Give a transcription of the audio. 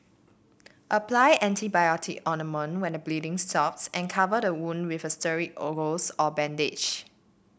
apply antibiotic ointment when the bleeding stops and cover the wound with a sterile gauze or bandage